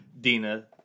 Dina